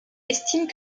estiment